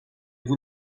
vous